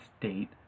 state